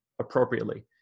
appropriately